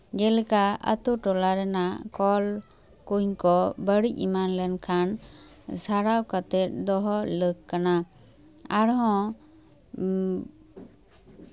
ᱡᱮᱞᱮᱠᱟ ᱟᱹᱛᱩ ᱴᱚᱞᱟ ᱨᱮᱱᱟᱜ ᱠᱚᱞ ᱠᱩᱸᱧ ᱠᱚ ᱵᱟᱹᱲᱤᱡ ᱮᱢᱟᱱ ᱞᱮᱱᱠᱷᱟᱱ ᱥᱟᱨᱟᱣ ᱠᱟᱛᱮᱫ ᱫᱚᱦᱚ ᱞᱟᱹᱠ ᱠᱟᱱᱟ ᱟᱨᱦᱚᱸ